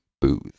booth